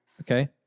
Okay